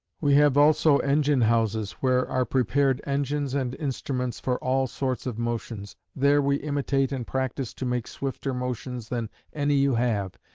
we have also engine-houses, where are prepared engines and instruments for all sorts of motions. there we imitate and practise to make swifter motions than any you have,